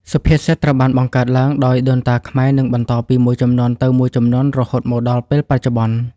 សុភាសិតត្រូវបានបង្កើតឡើងដោយដូនតាខ្មែរ និងបន្តពីមួយជំនាន់ទៅមួយជំនាន់រហូតមកដល់ពេលបច្ចុប្បន្ន។